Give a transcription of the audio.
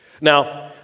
Now